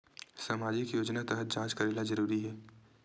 सामजिक योजना तहत जांच करेला जरूरी हे